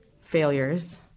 failures